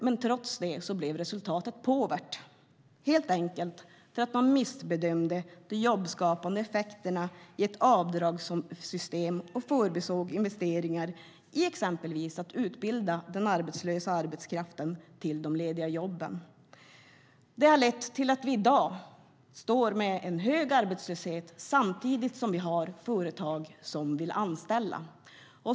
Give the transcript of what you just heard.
Men trots det blev resultatet påvert, helt enkelt för att man missbedömde de jobbskapande effekterna i ett avdragssystem och förbisåg investeringar exempelvis i utbildning av den arbetslösa arbetskraften till de lediga jobben. Det har lett till att vi i dag står med en hög arbetslöshet samtidigt som vi har företag som vill anställa.